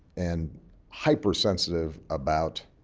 and hypersensitive about